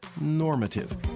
normative